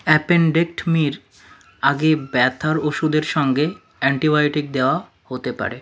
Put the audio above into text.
অ্যাপেণ্ডেক্টমির আগে ব্যথার ওষুদের সঙ্গে অ্যান্টিবায়োটিক দেওয়া হতে পারে